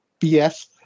BS